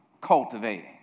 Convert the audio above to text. cultivating